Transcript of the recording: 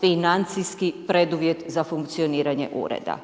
financijski preduvjet za funkcioniranje ureda.